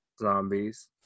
Zombies